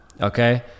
okay